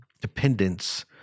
dependence